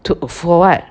to uh for [what]